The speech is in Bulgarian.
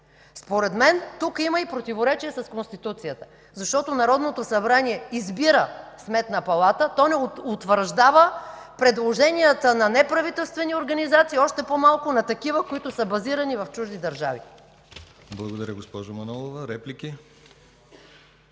Според мен, тук има и противоречие с Конституцията, защото Народното събрание избира Сметна палата, то не утвърждава предложенията на неправителствени организации, още по-малко на такива, които са базирани в чужди държави.